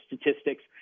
statistics